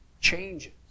changes